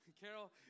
Carol